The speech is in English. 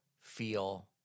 feel